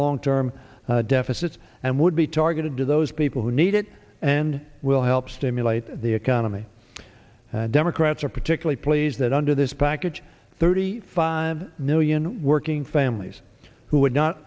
long term deficits and would be targeted to those people who need it and will help stimulate the economy democrats are particularly pleased that under this package thirty five million working families who would not